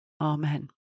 Amen